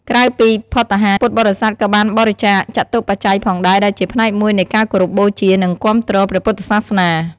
ក្រៅពីភត្តាហារ ពុទ្ធបរិស័ទក៏បានបរិច្ចាគចតុបច្ច័យផងដែរ ដែលជាផ្នែកមួយនៃការគោរពបូជា និងគាំទ្រព្រះពុទ្ធសាសនា។